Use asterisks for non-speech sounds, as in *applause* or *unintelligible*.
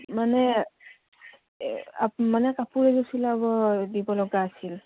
মানে মানে কাপোৰ *unintelligible* দিব লগা আছিল